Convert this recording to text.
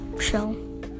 show